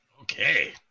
Okay